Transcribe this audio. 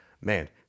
Man